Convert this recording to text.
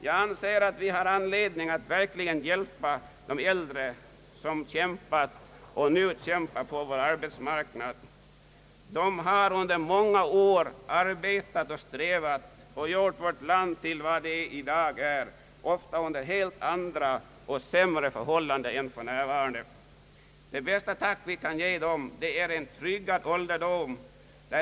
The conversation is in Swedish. Jag anser att vi har anledning att verkligen hjälpa de äldre, som kämpat och nu kämpar på vår arbetsmarknad. De har under många år arbetat och strävat och gjort vårt land till vad det i dag är, ofta under helt andra och sämre förhållanden än för närvarande. Det bästa tack vi kan ge dem är en tryggad ålderdom.